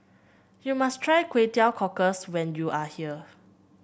you must try Kway Teow Cockles when you are here